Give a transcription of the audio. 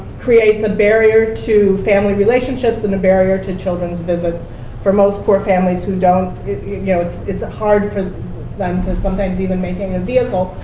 creates a barrier to family relationships, and a barrier to children's visits for most poor families who don't it's you know it's hard for them to sometimes even maintain a vehicle,